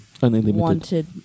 wanted –